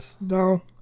no